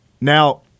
Now